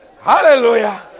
Hallelujah